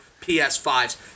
PS5s